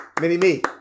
Mini-me